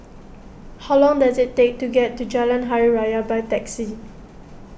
how long does it take to get to Jalan Hari Raya by taxi